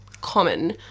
common